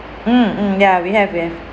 mm mm ya we have we have